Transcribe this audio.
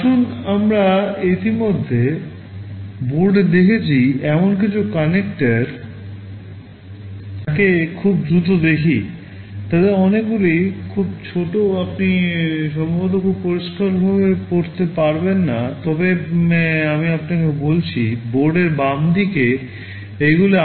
আসুন আমরা ইতিমধ্যে বোর্ডে দেখেছি এমন কিছু সংযোজক বলা হয়